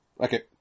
Okay